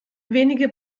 wenige